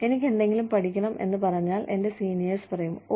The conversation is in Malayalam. എനിക്ക് എന്തെങ്കിലും പഠിക്കണം എന്ന് പറഞ്ഞാൽ എന്റെ സീനിയേഴ്സ് പറയും ഓ